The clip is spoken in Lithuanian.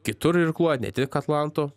kitur irkluoja ne tik atlanto